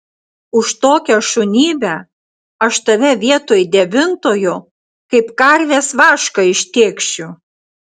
už tokią šunybę aš tave vietoj devintojo kaip karvės vašką ištėkšiu